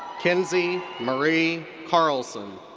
kinsey marie carlson.